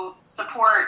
support